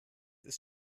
ist